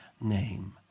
name